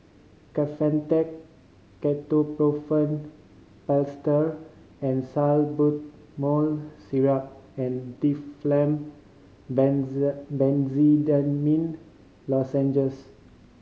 Kefentech Ketoprofen Plaster and Salbutamol Syrup and Difflam Benz Benzydamine Lozenges